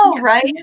right